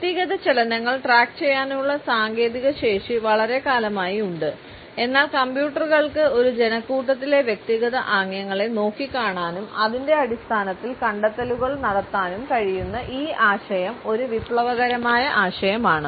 വ്യക്തിഗത ചലനങ്ങൾ ട്രാക്കുചെയ്യാനുള്ള സാങ്കേതിക ശേഷി വളരെക്കാലമായി ഉണ്ട് എന്നാൽ കമ്പ്യൂട്ടറുകൾക്ക് ഒരു ജനക്കൂട്ടത്തിലെ വ്യക്തിഗത ആംഗ്യങ്ങളെ നോക്കിക്കാണാനും അതിന്റെ അടിസ്ഥാനത്തിൽ കണ്ടെത്തലുകൾ നടത്താനും കഴിയുന്ന ഈ ആശയം ഒരു വിപ്ലവകരമായ ആശയമാണ്